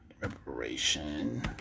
Reparation